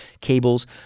cables